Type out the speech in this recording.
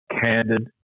candid